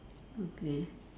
okay